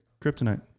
Kryptonite